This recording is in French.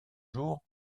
jours